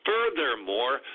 Furthermore